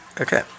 Okay